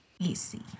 Easy